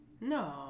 No